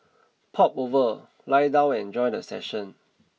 pop over lie down and enjoy the session